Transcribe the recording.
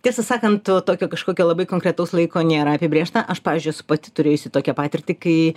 tiesą sakant tokio kažkokio labai konkretaus laiko nėra apibrėžta aš pavyzdžiui esu pati turėjusi tokią patirtį kai